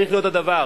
וצריך להיות הדבר.